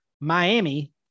Miami